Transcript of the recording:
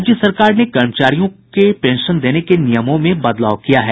राज्य सरकार ने कर्मचारियों के पेंशन देने के नियमों में बदलाव किया है